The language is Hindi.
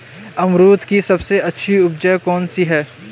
अमरूद की सबसे अच्छी उपज कौन सी है?